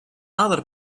other